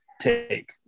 take